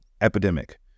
epidemic